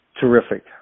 terrific